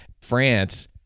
France